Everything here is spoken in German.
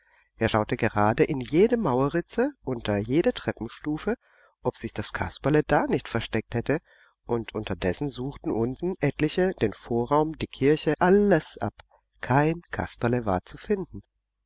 er schaute dabei in jede mauerritze unter jede treppenstufe ob sich das kasperle da nicht versteckt hätte und unterdessen suchten unten etliche den vorraum die kirche alles ab kein kasperle war zu finden